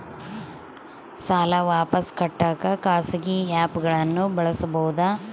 ಸಾಲ ವಾಪಸ್ ಕಟ್ಟಕ ಖಾಸಗಿ ಆ್ಯಪ್ ಗಳನ್ನ ಬಳಸಬಹದಾ?